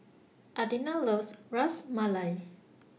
Adina loves Ras Malai